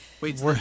Wait